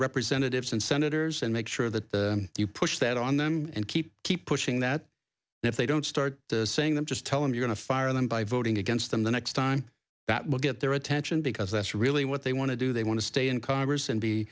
representatives and senators and make sure that you push that on them and keep keep pushing that if they don't start saying them just tell i'm going to fire them by voting against them the next time that will get their attention because that's really what they want to do they want to stay in congress and be